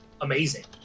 amazing